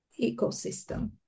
ecosystem